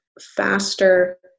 faster